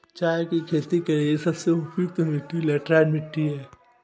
चाय की खेती के लिए सबसे उपयुक्त मिट्टी लैटराइट मिट्टी है